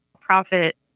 profit